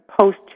post